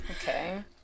Okay